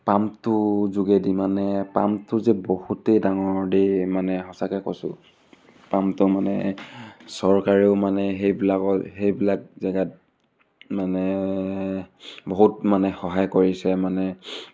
পাম্পটো যোগেদি মানে পাম্পটো যে বহুতেই ডাঙৰ দেই মানে সঁচাকৈ কৈছোঁ পাম্পটো মানে চৰকাৰেও মানে সেইবিলাকত সেইবিলাক জেগাত মানে বহুত মানে সহায় কৰিছে মানে